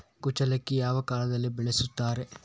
ಕುಚ್ಚಲಕ್ಕಿ ಯಾವ ಕಾಲದಲ್ಲಿ ಬೆಳೆಸುತ್ತಾರೆ?